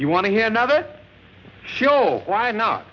you want to hear another show why not